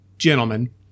gentlemen